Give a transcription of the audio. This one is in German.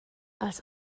als